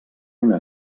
una